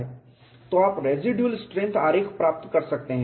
तो आप residual strength आरेख प्राप्त कर सकते हैं